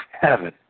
heaven